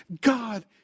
God